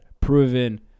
proven